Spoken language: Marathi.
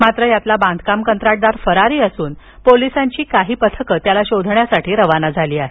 मात्र यातील बांधकाम कंत्राटदार फरार असून पोलिसांची काही पथके त्याला शोधण्यासाठी रवाना झाली आहेत